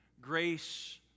Grace